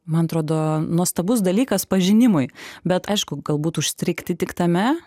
man atrodo nuostabus dalykas pažinimui bet aišku galbūt užstrigti tik tame